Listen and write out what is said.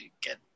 get